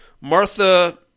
Martha